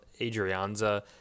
Adrianza